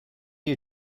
you